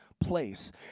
place